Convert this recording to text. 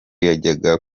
yajyaga